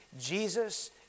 Jesus